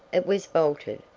it was bolted,